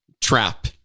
trap